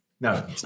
No